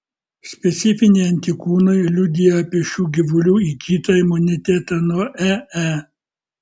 specifiniai antikūnai liudija apie šių gyvulių įgytą imunitetą nuo ee